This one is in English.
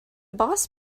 boss